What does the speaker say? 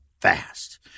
fast